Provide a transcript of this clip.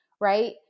right